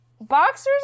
Boxers